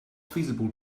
feasible